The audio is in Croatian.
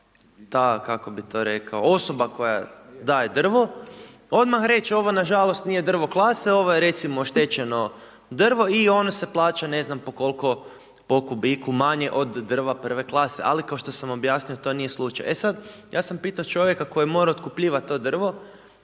osoba koja daje drvo odmah reći ovo nažalost nije drvo klase, ovo je recimo oštećeno drvo i ono se plaća, ne znam po koliko, po kubiku manje od drva I. klase ali kao što sam objasnio, to nije slučaj. E sad, ja sam pitao čovjeka koji je morao otkupljivati to drvo,